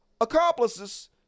accomplices